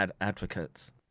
advocates